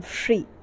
free